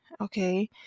okay